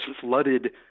flooded